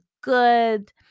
good